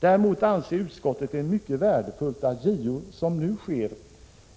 Däremot anser utskottet det mycket värdefullt att JO